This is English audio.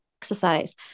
exercise